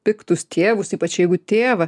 piktus tėvus ypač jeigu tėvą